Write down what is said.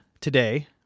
today